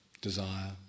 desire